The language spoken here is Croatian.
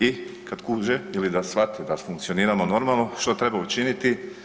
I kada kuže ili da shvate da funkcioniramo normalno što treba učiniti?